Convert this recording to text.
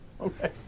Okay